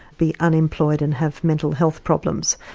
be unemployed and have mental health problems.